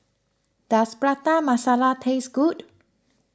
does Prata Masala taste good